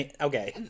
Okay